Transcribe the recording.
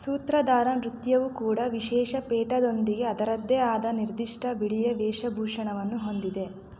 ಸೂತ್ರಧಾರ ನೃತ್ಯವು ಕೂಡ ವಿಶೇಷ ಪೇಟದೊಂದಿಗೆ ಅದರದ್ದೇ ಆದ ನಿರ್ದಿಷ್ಟ ಬಿಳಿಯ ವೇಷಭೂಷಣವನ್ನು ಹೊಂದಿದೆ